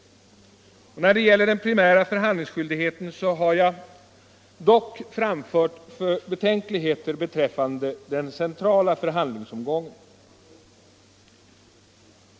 När det gäller den primära förhandlingsskyldigheten har jag dock framfört betänkligheter beträffande den centrala förhandlingsomgången.